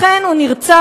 אכן הוא נרצח,